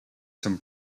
some